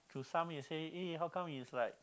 to some you say uh how come is like